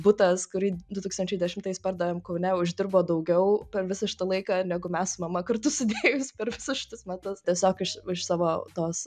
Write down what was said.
butas kurį du tūkstančiai dešimtais pardavėm kaune uždirbo daugiau per visą šitą laiką negu mes su mama kartu sudėjus per visus šitus metus tiesiog aš už savo tos